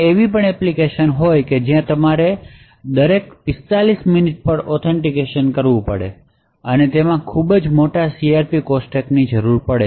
એવી પણ એપ્લિકેશન હોઈ શકે છે જ્યાં તમારે દરેક 45 મિનિટ પર ઓથેન્ટિકેશન જરૂર હોય છે અને તેમાં ખૂબ મોટા CRP કોષ્ટકો ની જરૂર પડે